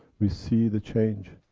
we see the change.